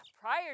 prior